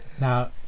now